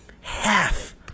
half